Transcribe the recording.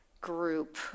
group